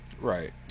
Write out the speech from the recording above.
right